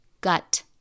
gut